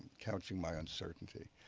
couching my uncertainty,